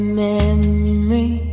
memory